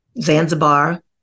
Zanzibar